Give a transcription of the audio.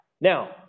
Now